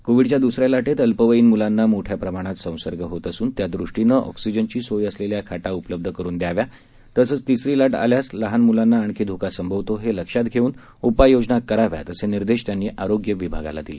कोविडच्या द्रसऱ्या लाटेत अल्पवयीन म्लांना मोठ्या प्रमाणात संसर्ग होत असून त्या दृष्टीने ऑक्सीजनची सोय असलेल्या खाटा उपलब्ध करुन द्याव्या तसंच तिसरी लाट आल्यास लहान मुलांना आणखी धोका संभवतो हे लक्षात घेऊन उपाययोजना कराव्या असे निर्देश त्यांनी आरोग्य विभागाला दिले